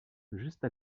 juste